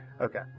Okay